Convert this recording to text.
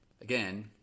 again